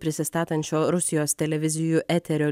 prisistatančio rusijos televizijų eterio